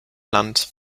land